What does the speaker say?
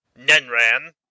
Nenran